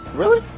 really!